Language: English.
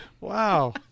Wow